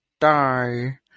die